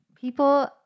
People